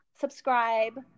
subscribe